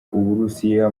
uburusiya